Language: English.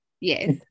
Yes